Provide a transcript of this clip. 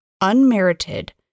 unmerited